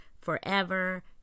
forever